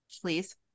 Please